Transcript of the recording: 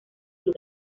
club